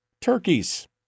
turkeys